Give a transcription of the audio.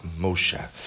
Moshe